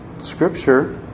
scripture